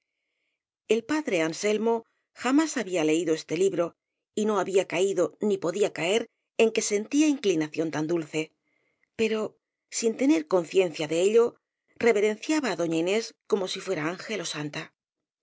el padre anselmo jamás había leído este libro y no había caído ni podía caer en que sentía inclina ción tan dulce pero sin tener conciencia de ello reverenciaba á doña inés como si fuera ángel ó santa